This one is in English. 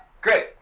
Great